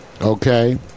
okay